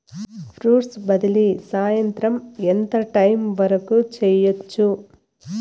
funds బదిలీ సాయంత్రం ఎంత టైము వరకు చేయొచ్చు